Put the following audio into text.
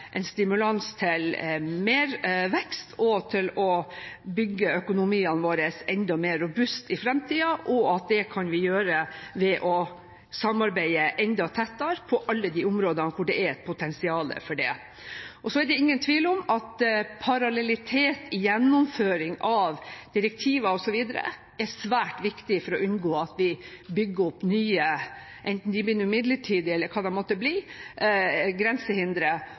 en stimulans til mer vekst og til å bygge økonomiene våre enda mer robuste i fremtiden. Det kan vi gjøre ved å samarbeide enda tettere på alle de områdene hvor det er et potensial for det. Så er det ingen tvil om at parallellitet i gjennomføring av direktiver osv. er svært viktig for å unngå at vi bygger opp nye grensehindre – enten det er midlertidige eller hva det måtte bli